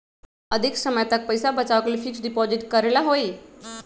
अधिक समय तक पईसा बचाव के लिए फिक्स डिपॉजिट करेला होयई?